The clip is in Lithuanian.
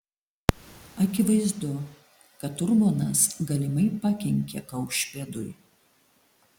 akivaizdu kad urbonas galimai pakenkė kaušpėdui